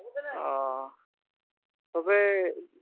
ᱚᱸᱻ ᱛᱚᱵᱮ